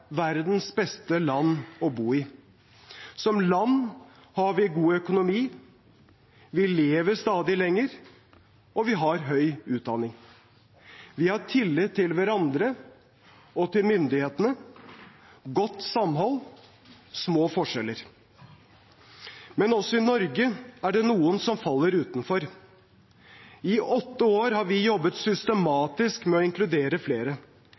verdens beste land å bo i. Som land har vi god økonomi, vi lever stadig lenger, og vi har høy utdanning. Vi har tillit til hverandre og til myndighetene, godt samhold og små forskjeller. Men også i Norge er det noen som faller utenfor. I åtte år har vi jobbet systematisk med å inkludere flere,